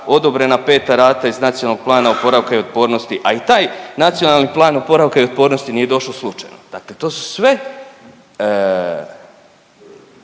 odobrena peta rata iz Nacionalnog plana oporavka i otpornosti, a i taj Nacionalni plan oporavka i otpornosti nije došao slučajno. Dakle, to su sve